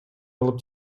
алып